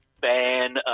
ban